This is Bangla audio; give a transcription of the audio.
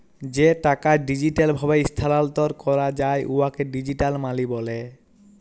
যে টাকা ডিজিটাল ভাবে ইস্থালাল্তর ক্যরা যায় উয়াকে ডিজিটাল মালি ব্যলে